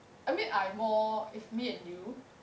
I mean I more if me and you